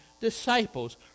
disciples